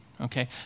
Okay